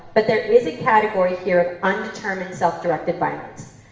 but there is a category here of undetermined self directed violence.